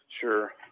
Sure